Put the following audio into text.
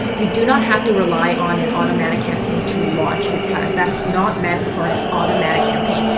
you do not have to rely on an automatic campaign to launch your product. that's not meant for an automatic campaign.